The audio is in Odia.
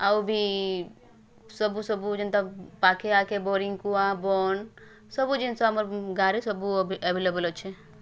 ଆଉ ବି ସବୁ ସବୁ ଯେନ୍ତା ପାଖେ ଆଖେ ବୋରିଙ୍ଗ୍ କୂଆ ବଣ୍ଡ୍ ସବୁଜିନିଷ ଆମର୍ ଗାଁରେ ସବୁ ଆଭେଲେବଲ୍ ଅଛି